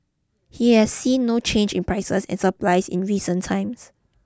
he has seen no change in prices and supplies in recent times